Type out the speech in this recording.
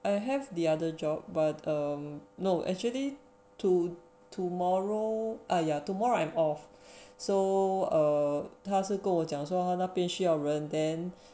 I have the other job but um no actually to~ tomorrow ah ya tomorrow I'm off so err 他是跟我讲说他那边需要人 then